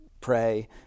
pray